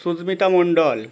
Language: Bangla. সুস্মিতা মন্ডল